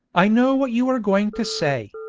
i know what you are going to say.